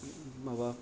माबा